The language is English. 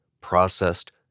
processed